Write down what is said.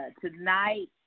Tonight